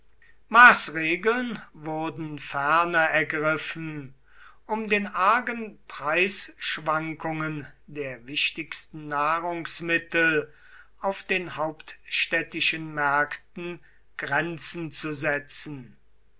maßregeln wurden ferner ergriffen um den argen preisschwankungen der wichtigsten nahrungsmittel auf den hauptstädtischen märkten grenzen zu setzen